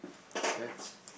shreds